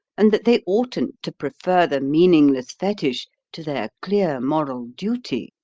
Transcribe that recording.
and that they oughtn't to prefer the meaningless fetich to their clear moral duty.